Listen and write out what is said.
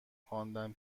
خواندن